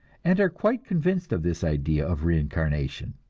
and are quite convinced of this idea of reincarnation